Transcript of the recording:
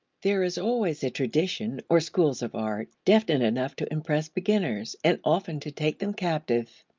there is always a tradition, or schools of art, definite enough to impress beginners, and often to take them captive.